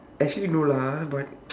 actually no lah !huh! but